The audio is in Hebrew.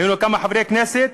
היו כמה חברי כנסת